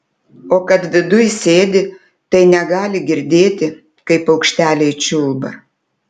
o kad viduj sėdi tai negali girdėti kaip paukšteliai čiulba